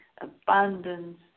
abundance